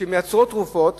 שמייצרות תרופות